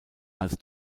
als